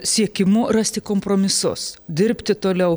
siekimu rasti kompromisus dirbti toliau